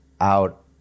out